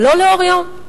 אבל לא לאור יום.